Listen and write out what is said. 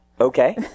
okay